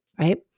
right